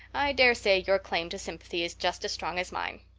i dare say your claim to sympathy is just as strong as mine.